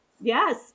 Yes